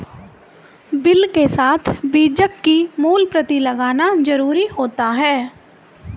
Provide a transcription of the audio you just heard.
bill के साथ बीजक की मूल प्रति लगाना जरुरी होता है